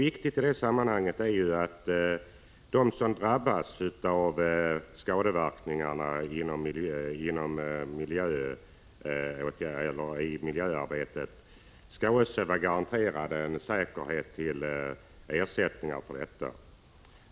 I det sammanhanget är det viktigt att de som drabbas av skadeverkningar i miljöarbetet skall garanteras ersättningar för detta.